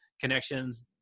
connections